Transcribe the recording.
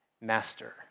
master